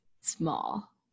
small